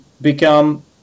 become